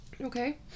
Okay